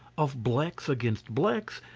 of blacks against blacks,